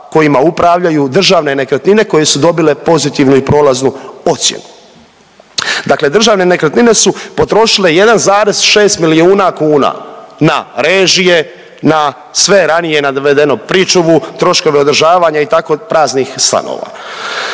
kojima upravljaju Državne nekretnine koje su dobile pozitivnu i prolaznu ocjenu. Dakle, Državne nekretnine su potrošile 1,6 milijuna kuna na režije, na sve ranije navedeno pričuvu, troškove održavanja i tako praznih stanova.